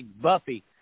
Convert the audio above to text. Buffy